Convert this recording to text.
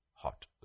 hot